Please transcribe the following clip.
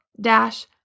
dash